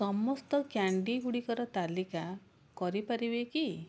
ସମସ୍ତ କ୍ୟାଣ୍ଡି ଗୁଡ଼ିକର ତାଲିକା କରିପାରିବେ କି